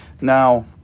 now